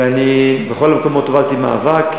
ואני בכל אופן הובלתי מאבק.